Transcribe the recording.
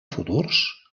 futurs